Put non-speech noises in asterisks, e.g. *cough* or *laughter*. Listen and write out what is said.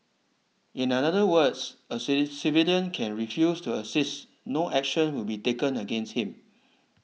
in other words a *unintelligible* civilian can refuse to assist no action will be taken against him